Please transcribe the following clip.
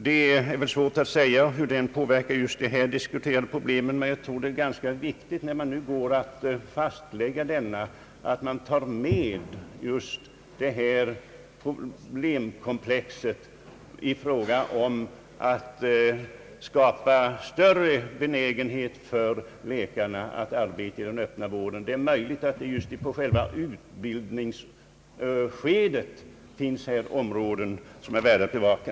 Det är svårt att säga hur den kommer att påverka de nu diskuterade problemen, men jag tror att det är ganska viktigt att man tar med problemkomplexet i fråga om att skapa större benägenhet för läkarna att arbeta i den Öppna vården, när man går att fastlägga formerna för läkarutbildningen. Det är troligt att det just på själva utbildningsskedet finns områden som är värda att bevaka.